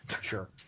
Sure